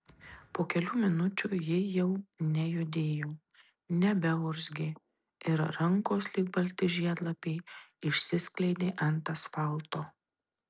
po kelių minučių ji jau nejudėjo nebeurzgė ir rankos lyg balti žiedlapiai išsiskleidė ant asfalto